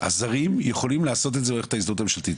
הזרים יכולים לעשות את זה במערכת הזיהוי הממשלתית,